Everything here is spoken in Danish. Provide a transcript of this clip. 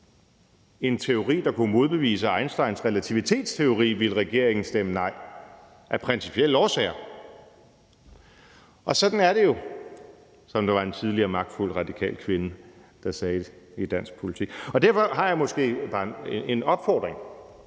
en teori, der kunne modbevise Einsteins relativitetsteori, ville regeringen stemme nej af principielle årsager. Sådan er det jo, som der var en tidligere og magtfuld radikal kvinde, der sagde i dansk politik. Derfor har jeg måske bare en opfordring: